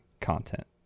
content